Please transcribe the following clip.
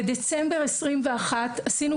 בדצמבר 2021 עשינו,